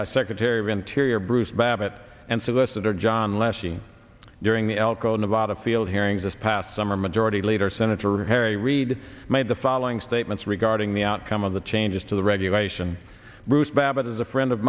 by secretary of interior bruce babbitt and solicitor john leslie during the elko nevada field hearings this past summer majority leader senator harry reid made the following statements regarding the outcome of the changes to the regulation bruce babbitt is a friend of